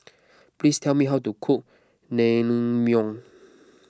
please tell me how to cook Naengmyeon